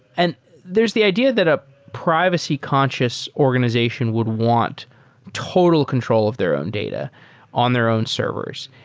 and there's the idea that a privacy-conscious organization would want total control of their own data on their own servers.